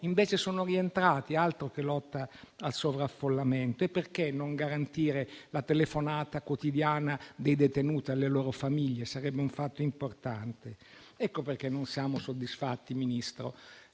Invece sono rientrati; altro che lotta al sovraffollamento. Perché non garantire la telefonata quotidiana dei detenuti alle loro famiglie? Sarebbe un fatto importante. Ecco perché non siamo soddisfatti, Ministro.